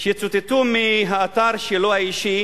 שצוטטו מהאתר שלו האישי: